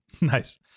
Nice